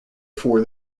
for